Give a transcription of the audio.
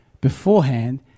beforehand